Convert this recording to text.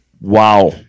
wow